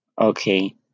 Okay